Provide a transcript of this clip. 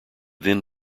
then